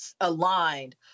aligned